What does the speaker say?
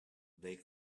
they